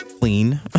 clean